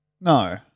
No